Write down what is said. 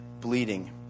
bleeding